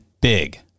big